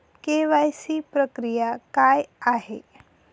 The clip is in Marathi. के.वाय.सी प्रक्रिया काय आहे?